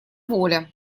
воля